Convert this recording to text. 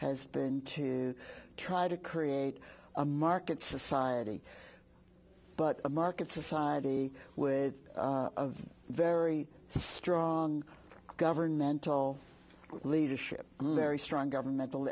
has been to try to create a market society but a market society with a very strong governmental leadership very strong governmental